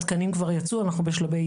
התקנים כבר יצאו ובאיוש.